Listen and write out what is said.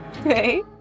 Okay